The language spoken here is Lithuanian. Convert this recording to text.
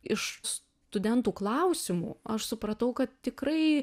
iš studentų klausimų aš supratau kad tikrai